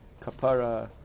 kapara